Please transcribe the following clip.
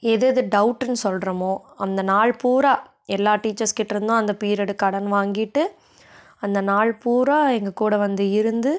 எது எது டவுட்டுன்னு சொல்றோமோ அந்த நாள் பூரா எல்லா டீச்சர்ஸ்கிட்டேருந்தும் அந்த பீரியடு கடன் வாங்கிட்டு அந்த நாள் பூராக எங்கக்கூட வந்து இருந்து